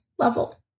level